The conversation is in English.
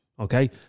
Okay